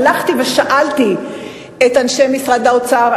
הלכתי ושאלתי את אנשי משרד האוצר,